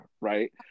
right